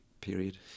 period